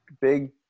big